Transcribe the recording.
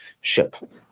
ship